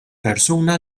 persuna